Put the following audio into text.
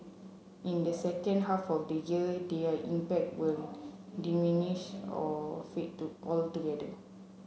in the second half of the year their impact will diminish or fade to altogether